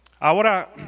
Ahora